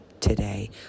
today